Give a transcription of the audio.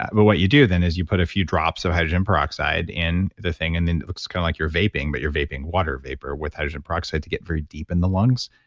ah but what you do then is you put a few drops of hydrogen peroxide in the thing and then it looks kind of like you're vaping but you're vaping water vapor with hydrogen peroxide to get very deep in the lungs.